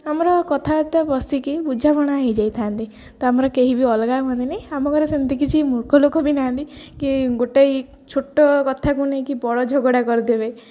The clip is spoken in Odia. ଆମର କଥାବାର୍ତ୍ତା ବସିକି ବୁଝାମଣା ହେଇଯାଇଥାନ୍ତି ତ ଆମର କେହି ବି ଅଲଗା ହୁଅନ୍ତିନି ଆମ ଘରେ ସେମିତି କିଛି ମୂର୍ଖ ଲୋକ ବି ନାହାଁନ୍ତି କି ଗୋଟେ ଛୋଟ କଥାକୁ ନେଇକି ବଡ଼ ଝଗଡ଼ା କରିଦେବେ